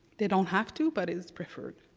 they don't have to, but it's preferred.